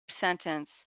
sentence